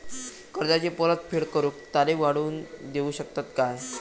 कर्जाची परत फेड करूक तारीख वाढवून देऊ शकतत काय?